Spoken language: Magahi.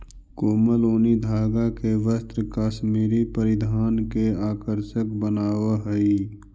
कोमल ऊनी धागा के वस्त्र कश्मीरी परिधान के आकर्षक बनावऽ हइ